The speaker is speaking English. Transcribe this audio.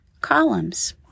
columns